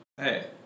hey